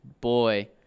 boy